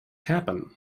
happen